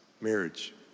marriage